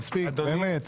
מספיק באמת,